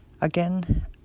Again